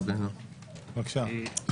בבקשה.